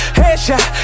headshot